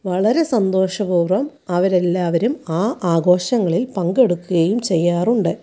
വളരെ സന്തോഷപൂർവ്വം അവരെല്ലാവരും ആ ആഘോഷങ്ങളിൽ പങ്കെടുക്കുകയും ചെയ്യാറുണ്ട്